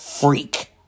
freak